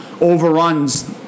Overruns